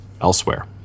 Elsewhere